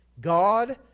God